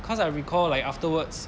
cause I recall like afterwards